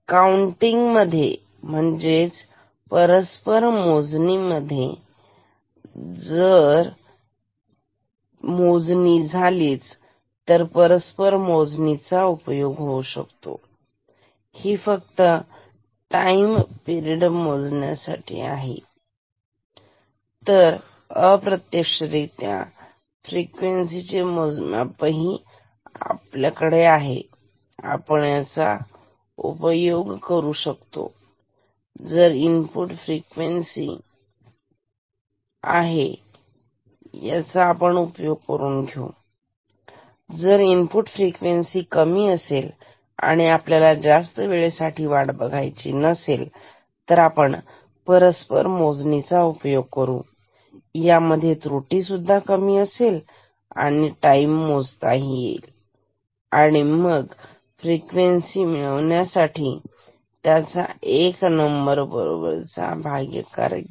तर अकाउंटिंग मध्ये म्हणजे परस्पर मोजणी एक झाली तर परस्पर मोजणी इतकी उपयोग होऊ शकतो ही फक्त टाईम मोजण्यासाठी नाही तर अप्रत्यक्षरीत्या फ्रिक्वेन्सी मोजण्यासाठी ही आपण याचा उपयोग करू शकतो जर इनपुट फ्रिक्वेन्सी कमी असेल आणि आपल्याला जास्त वेळेसाठी वाट बघायची नसेल तर आपण परस्पर मोजणीचा उपयोग करू यामध्ये त्रुटी सुद्धा कमी असेल तुम्ही टाईम मोजा आणि मग फ्रिक्वेन्सी मिळवण्यासाठी त्याचा एक बरोबर चा भागाकार घ्या